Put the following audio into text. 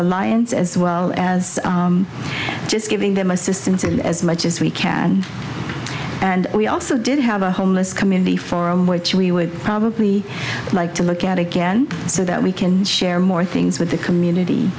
alliance as well as just giving them assistance in as much as we can and we also did have a homeless community forum which we would probably like to i look at again so that we can share more things with the